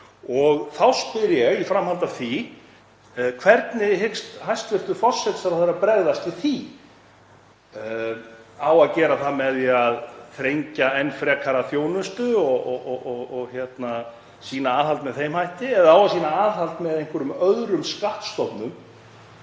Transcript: Þá spyr ég í framhaldi: Hvernig hyggst hæstv. forsætisráðherra bregðast við því? Á að gera það með því að þrengja enn frekar að þjónustu og sýna aðhald með þeim hætti, eða á að sýna aðhald með einhverjum öðrum skattstofnum?